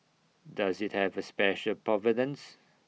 does IT have A special provenance